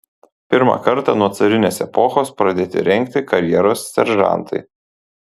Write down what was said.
pirmą kartą nuo carinės epochos pradėti rengti karjeros seržantai